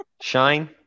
Shine